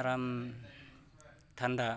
आराम थान्दा